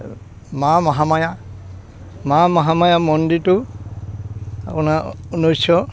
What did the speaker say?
মা মহামায়া মা মহামায়া মন্দিৰটো আপোনাৰ উন্নৈছশ